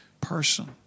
person